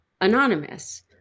anonymous